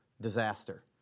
disaster